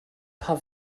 paar